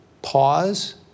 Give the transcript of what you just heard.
Pause